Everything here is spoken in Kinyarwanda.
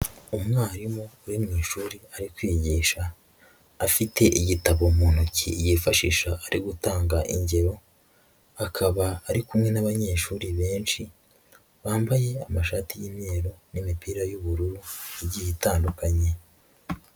Umwarimu uri mu ishuri, ari kwigisha, afite igitabo mu ntoki yifashisha ari gutanga ingero, akaba ari kumwe n'abanyeshuri benshi bambaye amashati y'umweru n'imipira y'ubururu igiye itandukanye.